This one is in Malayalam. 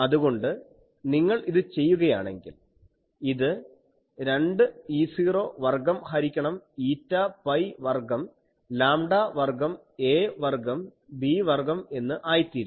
അതുകൊണ്ട് നിങ്ങൾ ഇത് ചെയ്യുകയാണെങ്കിൽ ഇത് 2E0 വർഗ്ഗം ഹരിക്കണം η പൈ വർഗ്ഗം ലാംഡാ വർഗ്ഗം a വർഗ്ഗം b വർഗ്ഗം എന്ന് ആയിത്തീരും